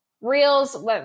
reels